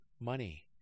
money